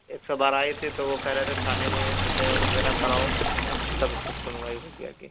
एक सौ बारा आई थी तो वो कह रहे थे थाने में ए एफ आई आर वगैरह कराओ वहां तब फिर सुनवाई होगी आगे